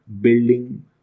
building